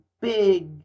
big